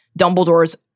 Dumbledore's